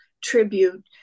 tribute